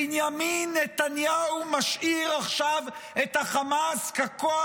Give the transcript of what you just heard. בנימין נתניהו משאיר עכשיו את החמאס ככוח